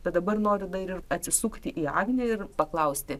bet dabar noriu dar ir atsisukti į agnę ir paklausti